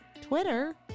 Twitter